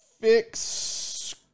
fix